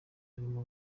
arimo